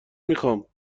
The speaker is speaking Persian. میخوام